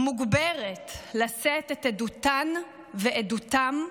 מוגברת לשאת את עדותן ועדותם.